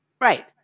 Right